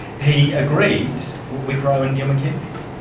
he agreed with roe and neil mckenzie.